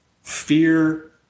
Fear